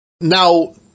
Now